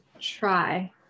try